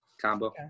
combo